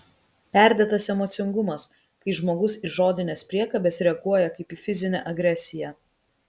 perdėtas emocingumas kai žmogus į žodines priekabes reaguoja kaip į fizinę agresiją